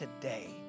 today